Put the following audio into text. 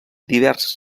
diverses